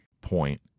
point